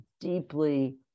deeply